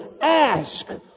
ask